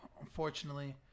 Unfortunately